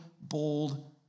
bold